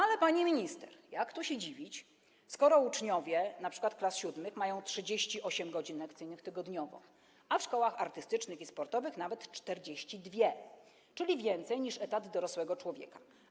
Ale, pani minister, jak tu się dziwić, skoro uczniowie np. klas VII mają 38 godzin lekcyjnych tygodniowo, a w szkołach artystycznych i sportowych nawet 42, czyli więcej niż etat dorosłego człowieka.